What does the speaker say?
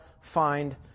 find